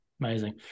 Amazing